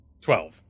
Twelve